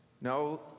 No